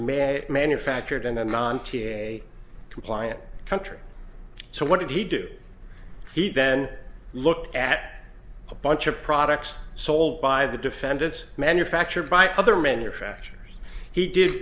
it manufactured in a non t a a compliant country so what did he do he then looked at a bunch of products sold by the defendants manufactured by other manufacturers he did